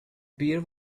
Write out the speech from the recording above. beer